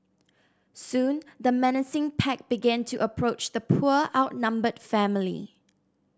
soon the menacing pack began to approach the poor outnumbered family